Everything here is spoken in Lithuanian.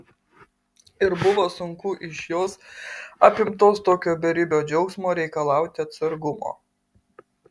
ir buvo sunku iš jos apimtos tokio beribio džiaugsmo reikalauti atsargumo